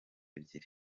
ebyiri